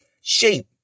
shape